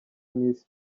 miss